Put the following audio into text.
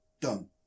done